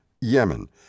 Yemen